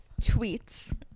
tweets